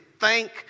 thank